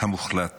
המוחלט